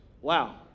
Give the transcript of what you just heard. Wow